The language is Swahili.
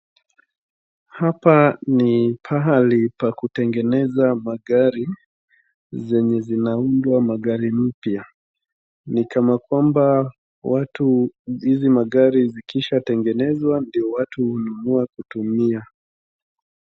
Hapa ni pahali pa kutengeneza magari zenye zinaundwa magari mpya. Ni kama kwamba watu hizi magari zikisha tengenezwa ndiyo watu hununua kutumia.